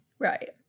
Right